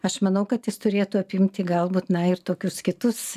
aš manau kad jis turėtų apimti galbūt na ir tokius kitus